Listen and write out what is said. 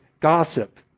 gossip